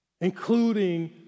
including